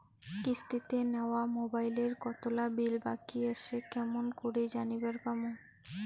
কিস্তিতে নেওয়া মোবাইলের কতোলা বিল বাকি আসে কেমন করি জানিবার পামু?